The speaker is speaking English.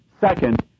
Second